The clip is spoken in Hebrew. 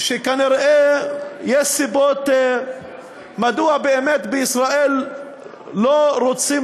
שכנראה יש סיבות מדוע בישראל באמת לא רוצים